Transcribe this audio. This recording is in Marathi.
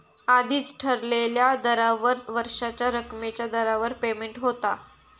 आधीच ठरलेल्या दरावर वर्षाच्या रकमेच्या दरावर पेमेंट होता